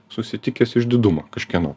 susitikęs išdidumą kažkieno